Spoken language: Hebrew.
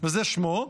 וזה שמו,